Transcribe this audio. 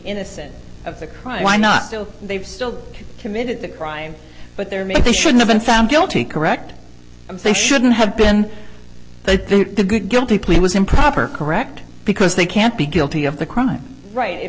innocent of the crime why not they've still committed the crime but there are many they should have been found guilty correct they shouldn't have been the good guilty plea was improper correct because they can't be guilty of the crime right if